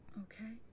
Okay